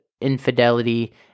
infidelity